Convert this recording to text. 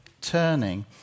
turning